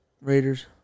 Raiders